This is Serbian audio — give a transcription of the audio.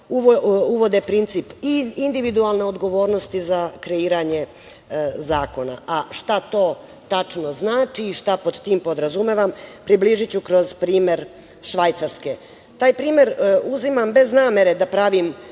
uvode princip i individualne odgovornosti za kreiranje zakona. Šta to tačno znači i šta pod tim podrazumevam, približiću vam kroz primer Švajcarske. Taj primer uzimam bez namere da pravim